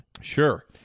Sure